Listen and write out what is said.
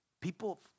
people